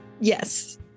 Yes